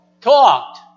talked